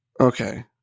Okay